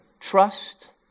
Trust